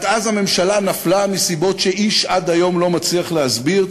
רק שאז הממשלה נפלה מסיבות שאיש עד היום לא מצליח להסביר,